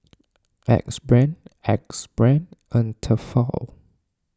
Axe Brand Axe Brand and Tefal